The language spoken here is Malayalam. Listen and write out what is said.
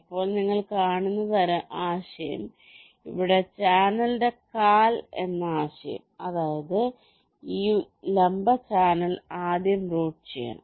ഇപ്പോൾ നിങ്ങൾ കാണുന്ന ആശയം ഇവിടെ ചാനലിന്റെ കാൽ എന്ന ആശയം അതായത് ഈ ലംബ ചാനൽ ആദ്യം റൂട്ട് ചെയ്യണം